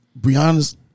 Brianna's